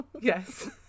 Yes